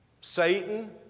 Satan